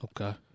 okay